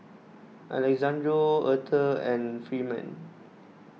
Alexandro Aurthur and Freeman